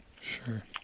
Sure